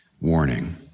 warning